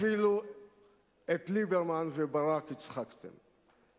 אפילו את ליברמן וברק הצחקתם.